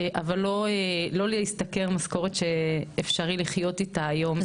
אבל לא להשתכר משכורת שאפשרי לחיות איתה היום,